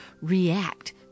react